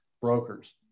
brokers